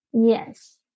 Yes